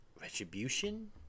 Retribution